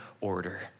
order